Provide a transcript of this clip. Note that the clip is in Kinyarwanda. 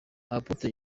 apotre